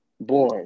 Boy